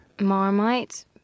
Marmite